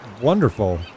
wonderful